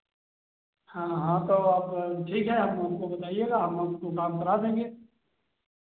हाँ हाँ तो आप ठीक है हम आप हमको बताइएगा हम उसको काम करा देंगे